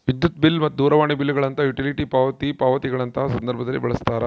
ವಿದ್ಯುತ್ ಬಿಲ್ ಮತ್ತು ದೂರವಾಣಿ ಬಿಲ್ ಗಳಂತಹ ಯುಟಿಲಿಟಿ ಪಾವತಿ ಪಾವತಿಗಳಂತಹ ಸಂದರ್ಭದಲ್ಲಿ ಬಳಸ್ತಾರ